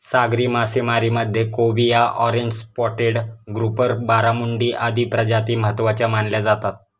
सागरी मासेमारीमध्ये cobia, orange spotted grouper, barramundi आदी प्रजाती महत्त्वाच्या मानल्या जातात